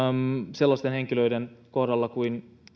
sellaisten henkilöiden kohdalla kuin